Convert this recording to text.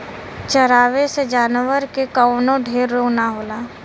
चरावे से जानवर के कवनो ढेर रोग ना होला